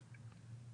את